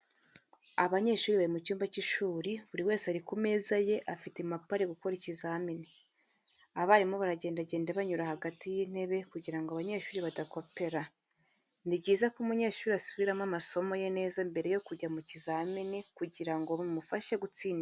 Abanyeshuri bari mu cyumba cy'ishuri buri wese ari ku meza ye afite impapuro ari gukoreraho ikizamini abarimu baragendagenda banyura hagati y'itebe kugirango abanyeshuri badakopera. Ni byiza ko umunyeshuri asubiramo amasomo ye neza mbere yo kujya mu kizamini kugira ngo bimufashe gutsinda neza.